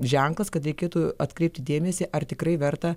ženklas kad reikėtų atkreipti dėmesį ar tikrai verta